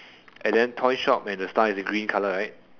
and then toy shop and the star is in green colour right